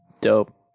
Dope